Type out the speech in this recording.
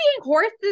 horses